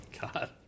God